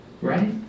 right